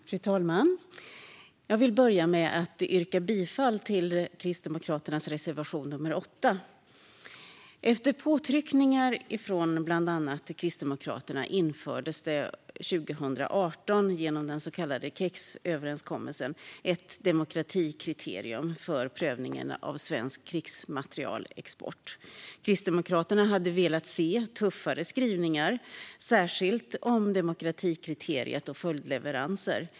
Fru talman! Jag vill börja med att yrka bifall till Kristdemokraternas reservation nummer 8. Efter påtryckningar från bland andra Kristdemokraterna infördes det 2018 genom den så kallade KEX-överenskommelsen ett demokratikriterium för prövningen av svensk krigsmaterielexport. Kristdemokraterna hade velat se tuffare skrivningar, särskilt om demokratikriteriet och följdleveranser.